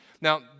Now